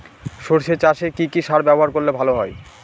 সর্ষে চাসে কি কি সার ব্যবহার করলে ভালো হয়?